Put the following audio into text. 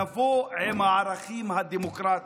לבוא עם הערכים הדמוקרטיים,